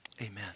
amen